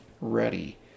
ready